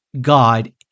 God